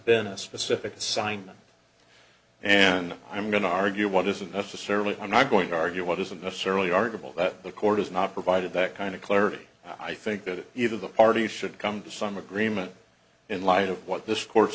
been a specific assignment and i'm going to argue one isn't necessarily i'm not going to argue what isn't necessarily arguable that the court has not provided that kind of clarity i think that either the parties should come to some agreement in light of what th